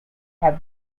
have